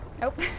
Nope